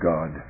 God